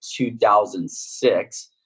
2006